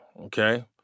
okay